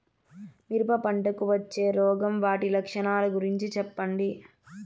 మిరప పంటకు వచ్చే రోగం వాటి లక్షణాలు గురించి చెప్పండి?